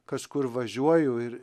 kažkur važiuoju ir